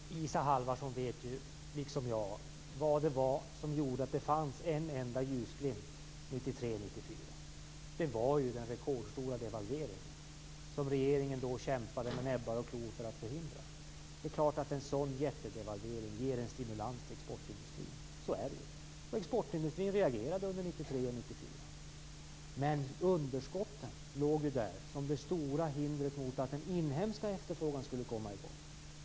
Fru talman! Isa Halvarsson vet liksom jag vad det var som gjorde att det fanns en enda ljusglimt 1993 1994. Det var den rekordstora devalveringen, som regeringen kämpade med näbbar och klor för att förhindra. Det är klart att en sådan jättedevalvering ger en stimulans till exportindustrin. Så är det. Och exportindustrin reagerade under 1993 och 1994. Men underskotten låg där som det stora hindret mot att den inhemska efterfrågan skulle komma i gång.